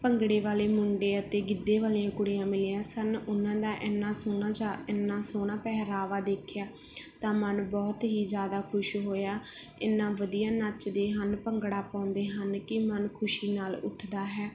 ਭੰਗੜੇ ਵਾਲੇ ਮੁੰਡੇ ਅਤੇ ਗਿੱਧੇ ਵਾਲੀਆਂ ਕੁੜੀਆਂ ਮਿਲੀਆਂ ਸਨ ਉਹਨਾਂ ਦਾ ਇੰਨਾ ਸੋਹਣਾ ਚਾ ਇੰਨਾ ਸੋਹਣਾ ਪਹਿਰਾਵਾ ਦੇਖਿਆ ਤਾਂ ਮਨ ਬਹੁਤ ਹੀ ਜ਼ਿਆਦਾ ਖੁਸ਼ ਹੋਇਆ ਇੰਨਾ ਵਧੀਆ ਨੱਚਦੇ ਹਨ ਭੰਗੜਾ ਪਾਉਂਦੇ ਹਨ ਕਿ ਮਨ ਖੁਸ਼ੀ ਨਾਲ ਉੱਠਦਾ ਹੈ